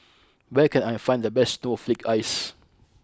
where can I find the best Snowflake Ice